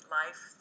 life